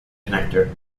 connector